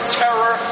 terror